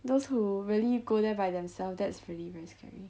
those who really go there by themselves that's really very scary